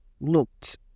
looked